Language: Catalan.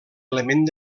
element